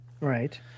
right